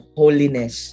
holiness